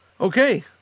Okay